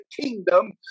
kingdom